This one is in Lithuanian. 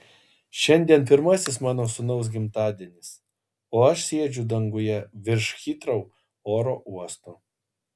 šiandien pirmasis mano sūnaus gimtadienis o aš sėdžiu danguje virš hitrou oro uosto